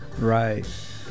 Right